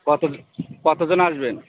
কত য কতজন আসবেন